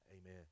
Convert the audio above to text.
Amen